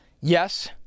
Yes